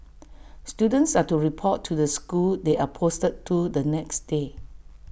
students are to report to the school they are posted to the next day